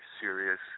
serious